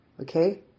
okay